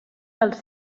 dels